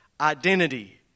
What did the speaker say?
identity